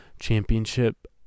championship